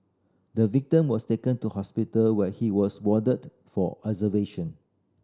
the victim was taken to hospital where he was warded for observation